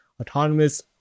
autonomous